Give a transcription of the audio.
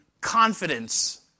confidence